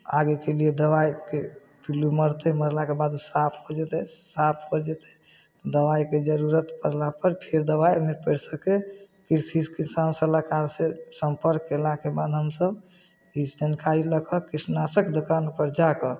आगेके लिए दवाइके पिल्लू मरतै मरलाके बाद साफ हो जेतै साफ हो जेतै तऽ दवाइके जरूरत पड़लापर फेर दवाइ ओहिमे पड़ि सकै कृषि किसान सलाहकारसँ सम्पर्क कएलाके बाद हमसभ ई जानकारी लऽ कऽ कीटनाशक दोकानपर जा कऽ